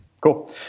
Cool